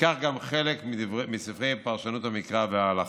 וכך גם חלק מספרי פרשנות המקרא וההלכה.